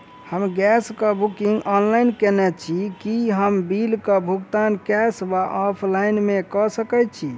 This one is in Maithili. हम गैस कऽ बुकिंग ऑनलाइन केने छी, की हम बिल कऽ भुगतान कैश वा ऑफलाइन मे कऽ सकय छी?